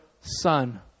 son